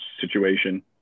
situation